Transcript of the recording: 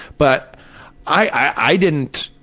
but i didn't,